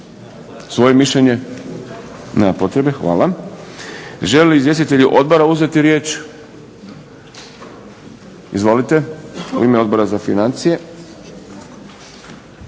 svoje mišljenje? Nema potrebe. Hvala. Žele li izvjestitelji odbora uzeti riječ? Izvolite. U ime Odbora za financije